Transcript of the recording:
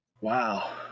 Wow